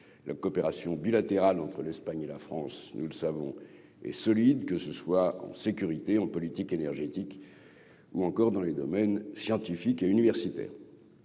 la coopération bilatérale entre l'Espagne et la France, nous le savons et solide, que ce soit en sécurité en politique énergétique ou encore dans les domaines scientifiques et universitaires,